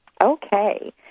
Okay